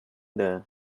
there